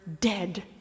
dead